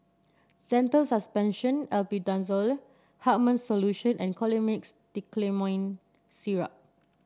Zental Suspension Albendazole Hartman's Solution and Colimix Dicyclomine Syrup